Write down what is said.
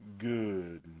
Good